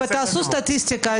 ותעשו סטטיסטיקה.